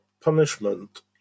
punishment